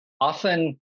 often